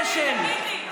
אשל.